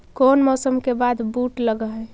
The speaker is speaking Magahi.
कोन मौसम के बाद बुट लग है?